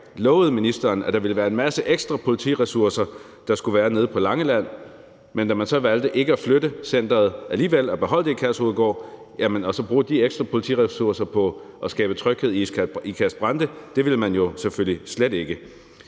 lovede ministeren, at der ville være en masse ekstra politiressourcer nede på Langeland, men da man så valgte ikke at flytte centeret alligevel, men beholde det i Kærshovedgård, og så bruge de ekstra politiressourcer på at skabe tryghed i Ikast-Brande, ville man det selvfølgelig slet ikke.